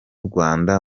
rwanda